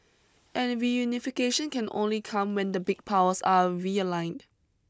and reunification can only come when the big powers are realigned